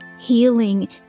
Healing